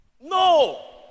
no